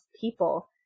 people